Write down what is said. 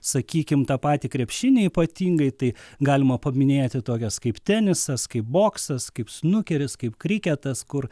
sakykim tą patį krepšinį ypatingai tai galima paminėti tokias kaip tenisas kaip boksas kaip snukeris kaip kriketas kur